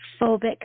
phobic